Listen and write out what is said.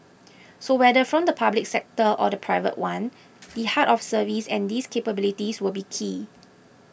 so whether from the public sector or the private one the heart of service and these capabilities will be key